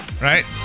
right